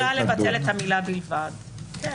בסדר, אם היא יכולה לבטל את המילה "בלבד", כן.